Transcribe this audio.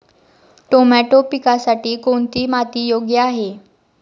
Tomato पिकासाठी कोणती माती योग्य आहे?